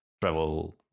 travel